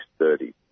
6.30